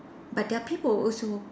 but their people also